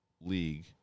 league